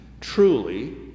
Truly